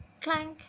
Clank